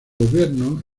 gobierno